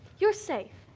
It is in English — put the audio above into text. you're safe.